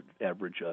average